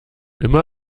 immer